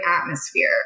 atmosphere